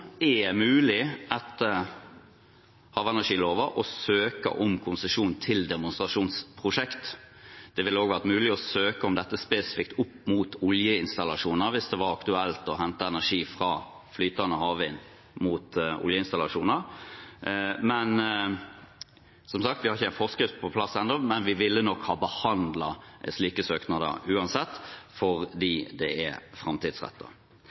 er mulig å søke om konsesjon for demonstrasjonsprosjekter. Det ville også vært mulig å søke om dette spesifikt opp mot oljeinstallasjoner, hvis det var aktuelt å hente energi fra flytende havvind opp mot oljeinstallasjoner. Vi har som sagt ikke en forskrift på plass ennå, men vi ville nok uansett ha behandlet slike søknader, fordi det er